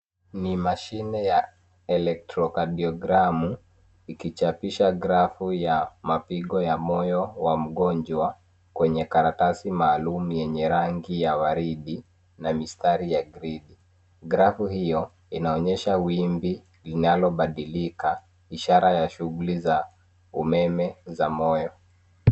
Ni mashine ya elektrokardiogramu ikichapisha grafu ya mapigo ya moyo wa mgonjwa kwenye karatasi maalum yenye rangi ya waridi na mistari ya gridi. Grafu hiyo inaonyesha wimbi linalobadilika, ishara ya shughuli za umeme za moyo.